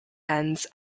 ends